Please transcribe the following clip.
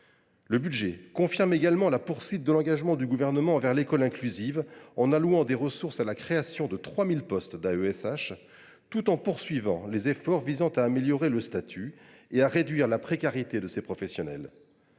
Ce budget confirme également la poursuite de l’engagement du Gouvernement envers l’école inclusive, en allouant des ressources à la création de 3 000 postes d’AESH, tout en poursuivant les efforts visant à améliorer le statut et à réduire la précarité de ces professionnels.